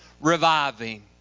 reviving